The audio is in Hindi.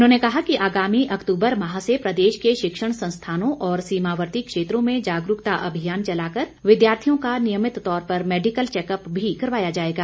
उन्होंने कहा कि आगामी अक्तूबर माह से प्रदेश के शिक्षण संस्थानों और सीमावर्ती क्षेत्रों में जागरूकता अभियान चलाकर विद्यार्थियों का नियमित तौर पर मैडिकल चैकअप भी करवाया जाएगा